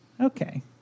Okay